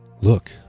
Look